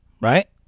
right